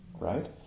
right